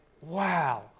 wow